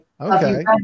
Okay